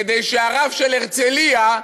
כדי שהרב של הרצליה,